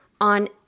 on